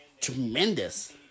tremendous